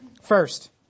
First